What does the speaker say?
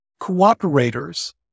cooperators